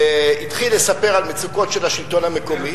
התחיל לספר על מצוקות של השלטון המקומי.